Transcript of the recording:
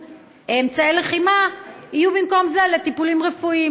אמצעי לחימה יהיו במקום זה לטיפולים רפואיים?